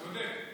צודק.